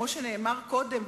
כמו שנאמר קודם,